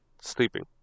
sleeping